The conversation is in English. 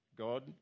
God